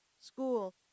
school